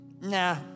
nah